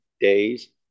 days